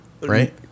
right